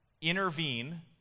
intervene